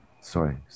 Sorry